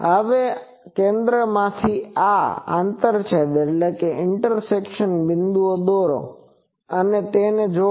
હવે કેન્દ્રમાંથી તમે આ આંતરછેદ બિંદુ દોરો અને તેને જોડો